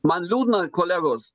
man liūdna kolegos